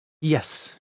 Yes